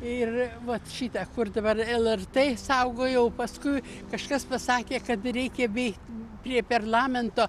ir vat šitą kur dabar lrt saugojau paskui kažkas pasakė kad reikia bėgt prie perlamento